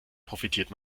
profitiert